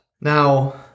Now